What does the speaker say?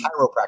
chiropractor